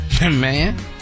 Man